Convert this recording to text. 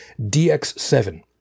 DX7